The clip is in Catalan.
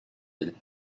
ell